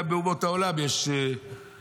גם באומות העולם יש ראשון,